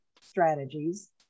strategies